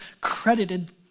credited